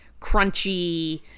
crunchy